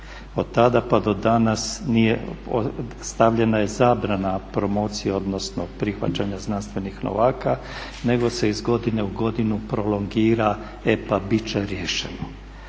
Otada pa do danas stavljena je zabrana promocije odnosno prihvaćanja znanstvenih novaka nego se iz godine u godinu prolongira e pa bit će riješeno.